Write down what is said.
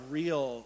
real